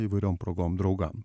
įvairiom progom draugam